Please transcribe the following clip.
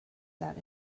that